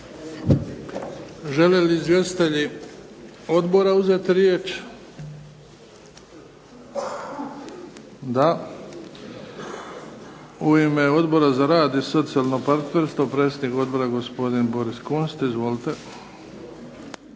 Žele li izvjestitelji odbora uzeti riječ? Da. U ime Odbora za rad i socijalno partnerstvo predsjednik odbora, gospodin Boris Kunst. Izvolite.